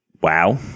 wow